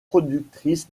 productrice